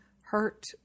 hurt